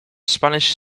spanish